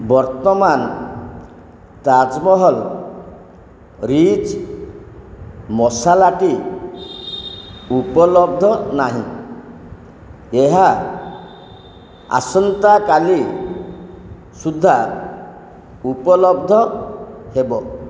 ବର୍ତ୍ତମାନ ତାଜମହଲ ରିଚ୍ ମସାଲାଟି ଉପଲବ୍ଧ ନାହିଁ ଏହା ଆସନ୍ତା କାଲି ସୁଦ୍ଧା ଉପଲବ୍ଧ ହେବ